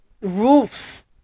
roofs